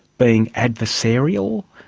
being adversarial,